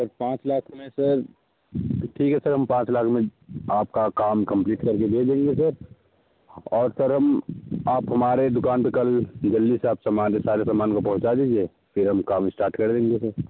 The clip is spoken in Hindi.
सर पाँच लाख में सर ठीक है सर हम पाँच लाख में आपका काम कंप्लीट करके दे देंगे सर